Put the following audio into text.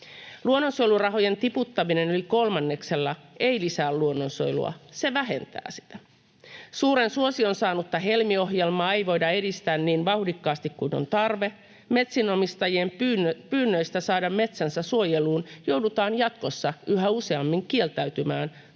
Luonnonsuojelurahojen tiputtaminen yli kolmanneksella ei lisää luonnonsuojelua, se vähentää sitä. Suuren suosion saanutta Helmi-ohjelmaa ei voida edistää niin vauhdikkaasti kuin on tarve. Metsänomistajien pyynnöistä saada metsänsä suojeluun joudutaan jatkossa yhä useammin kieltäytymään,